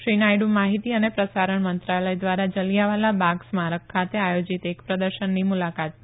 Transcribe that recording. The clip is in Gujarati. શ્રી નાયડુ માહિતી અને પ્રસારણ મંત્રાલય ધ્વારા જલીયાવાલા બાગ સ્મારક ખાતે આયોજીત એક પ્રદર્શનની મુલાકાત પણ લેશે